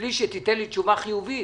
מבלי שתיתן לי תשובה חיובית